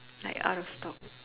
like out of stock